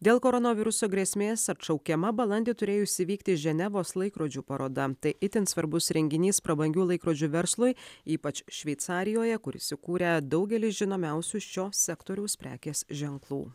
dėl koronaviruso grėsmės atšaukiama balandį turėjusį įvykti ženevos laikrodžių paroda tai itin svarbus renginys prabangių laikrodžių verslui ypač šveicarijoje kur įsikūrę daugelis žinomiausių šio sektoriaus prekės ženklų